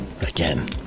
again